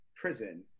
prison